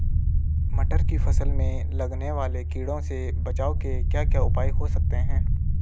मटर की फसल में लगने वाले कीड़ों से बचाव के क्या क्या उपाय हो सकते हैं?